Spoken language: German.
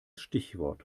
stichwort